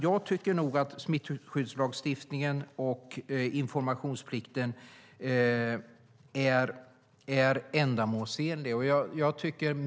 Jag tycker nog att smittskyddslagstiftningen och informationsplikten är ändamålsenliga.